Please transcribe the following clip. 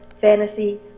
fantasy